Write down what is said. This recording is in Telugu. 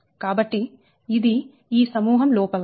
కాబట్టి ఇది ఈ సమూహం లోపల